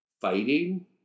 fighting